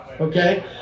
okay